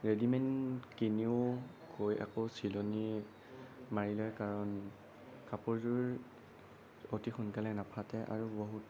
readymade কিনিও গৈ আকৌ চিলনি মাৰি লয় কাৰণ কাপোৰযোৰ অতি সোনকালে নাফাটে আৰু বহুত